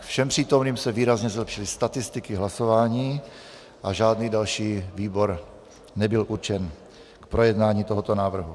Všem přítomným se výrazně zlepšily statistiky hlasování a žádný další výbor nebyl určen k projednání tohoto návrhu.